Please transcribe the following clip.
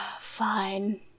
Fine